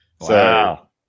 Wow